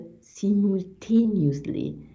simultaneously